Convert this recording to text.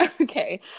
okay